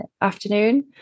afternoon